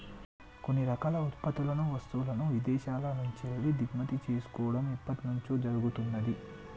కొన్ని రకాల ఉత్పత్తులను, వస్తువులను ఇదేశాల నుంచెల్లి దిగుమతి చేసుకోడం ఎప్పట్నుంచో జరుగుతున్నాది